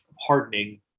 hardening